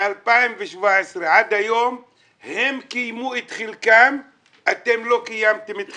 מ-2017 ועד היום הם קיימו את חלקם ואתם לא קיימתם את חלקכם.